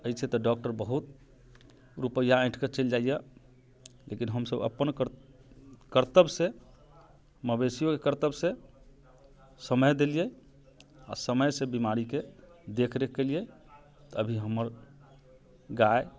अछि तऽ डॉक्टर बहुत रुपैआ एँठिके चलि जाइया लेकिन हम सभ अपन कर्तव्य से मवेशियोके कर्तव्य से समय देलिये आ समय से बिमारीके देख रेख केलियै तऽ अभी हमर गाय